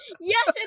Yes